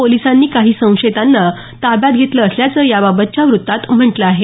पोलिसांनी काही संशयितांना ताब्यात घेतलं असल्याचं याबाबतच्या वृत्तात म्हटलं आहे